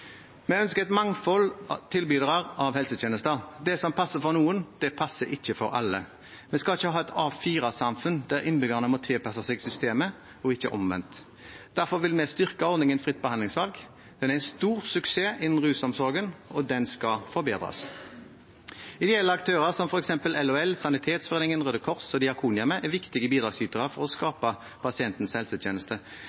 Vi ønsker et mangfold av tilbydere av helsetjenester. Det som passer for noen, passer ikke for alle. Vi skal ikke ha et A4-samfunn, der innbyggerne må tilpasse seg systemet og ikke omvendt. Derfor vil vi styrke ordningen med fritt behandlingsvalg. Det er en stor suksess innen rusomsorgen, og den skal forbedres. Ideelle aktører, som f.eks. LHL, Sanitetsforeningen, Røde Kors og Diakonhjemmet, er viktige bidragsytere for å